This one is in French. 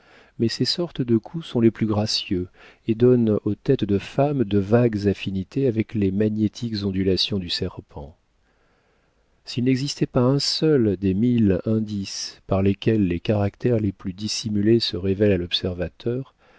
mais ces sortes de cous sont les plus gracieux et donnent aux têtes de femmes de vagues affinités avec les magnétiques ondulations du serpent s'il n'existait pas un seul des mille indices par lesquels les caractères les plus dissimulés se révèlent à l'observateur